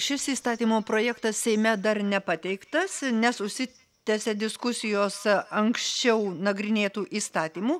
šis įstatymo projektas seime dar nepateiktas nes užsitęsė diskusijos anksčiau nagrinėtų įstatymų